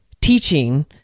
teaching